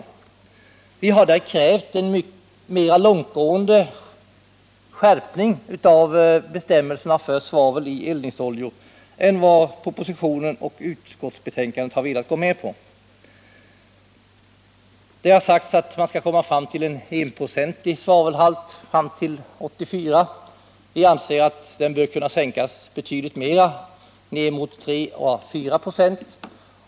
Vi har där krävt en mer långtgående skärpning av bestämmelserna för svavel i eldningsoljor än propositionen föreslagit och utskottet velat gå med på i betänkandet. Det har sagts att man skall ha nått fram till en enprocentig svavelhalt år 1984. Vi anser att svavelhalten bör kunna sänkas betydligt mer — till 0,3-0,4 96.